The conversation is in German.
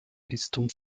bistum